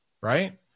right